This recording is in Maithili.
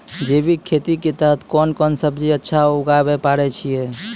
जैविक खेती के तहत कोंन कोंन सब्जी अच्छा उगावय पारे छिय?